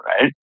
right